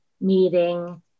meeting